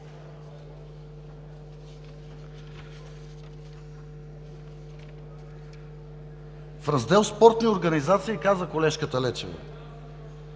В раздел – „Спортни организации“ – каза колежката Лечева,